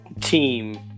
team